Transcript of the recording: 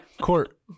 Court